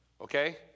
Okay